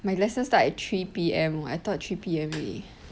my lesson start at three P_M I thought three P_M already